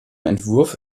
entwurf